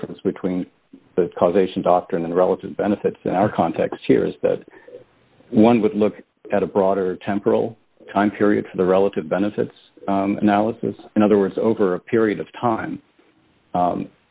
difference between the causation doctrine and relative benefits in our context here is that one would look at a broader temporal time period for the relative benefits analysis in other words over a period of time